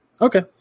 Okay